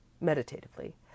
meditatively